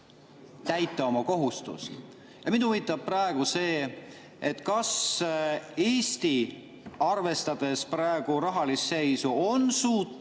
täita oma kohustust. Mind huvitab praegu see, et kas Eesti, arvestades praegust rahalist seisu, on suuteline